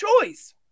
choice